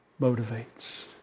motivates